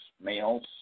males